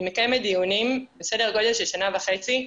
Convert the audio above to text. היא מקיימת דיונים בסדר גודל של שנה וחצי.